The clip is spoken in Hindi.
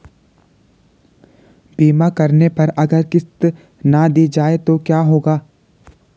बीमा करने पर अगर किश्त ना दी जाये तो क्या होगा?